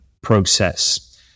process